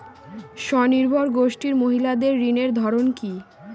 স্বনির্ভর গোষ্ঠীর মহিলাদের ঋণের ধরন কি?